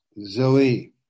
Zoe